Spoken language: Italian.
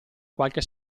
qualche